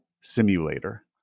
simulator